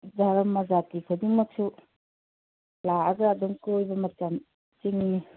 ꯙꯔꯃ ꯖꯥꯇꯤ ꯈꯨꯗꯤꯡꯃꯛꯁꯨ ꯂꯥꯛꯑꯒ ꯑꯗꯨꯝ ꯀꯣꯏꯕ ꯃꯇꯝ ꯆꯤꯡꯅꯤ